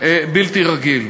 בלתי רגיל.